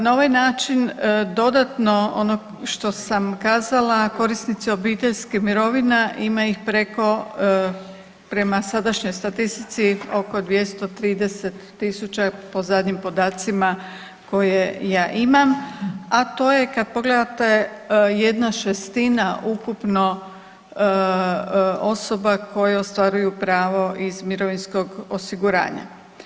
Na ovaj način dodatno ono što sam kazala korisnici obiteljske mirovine, a ima ih preko prema sadašnjoj statistici oko 230.000 po zadnjim podacima koje ja imam, a to je kad pogledate 1/6 ukupno osoba koje ostvaruju pravo iz mirovinskog osiguranja.